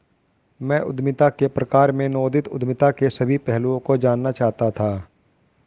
मैं उद्यमिता के प्रकार में नवोदित उद्यमिता के सभी पहलुओं को जानना चाहता था